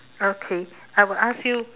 okay I will ask you